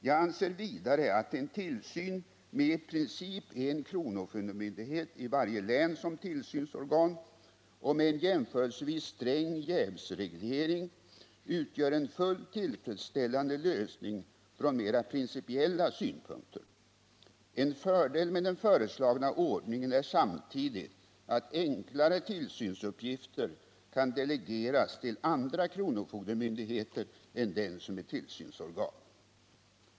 Jag anser vidare att en tillsyn med i princip en kronofogdemyndighet i varje län som tillsynsorgan och med en jämförelsevis sträng jävsreglering utgör en fullt tillfredsställande lösning från mera principiella synpunkter. En fördel med den föreslagna ordningen är samtidigt att enklare tillsynsuppgifter kan delegeras till andra kronofogdemyndigheter än dem som är tillsynsorgan.